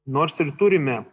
nors ir turime